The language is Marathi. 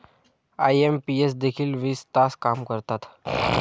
आई.एम.पी.एस देखील वीस तास काम करतात?